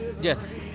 Yes